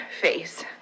face